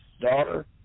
daughter